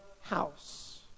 house